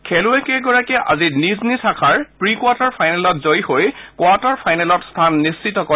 খেলুৱৈকেইগৰাকীয়ে আজি নিজ নিজ শাখাৰ প্ৰি কোৱাৰ্টাৰ ফাইনেলত জয়ী হৈ কোৱাৰ্টাৰ ফাইনেলত স্থান নিশ্চিত কৰে